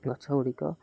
ଗଛଗୁଡ଼ିକ